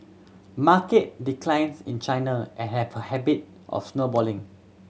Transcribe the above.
market declines in China a have a habit of snowballing